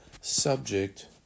subject